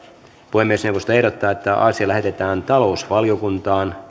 puhemiesneuvosto ehdottaa että asia lähetetään talousvaliokuntaan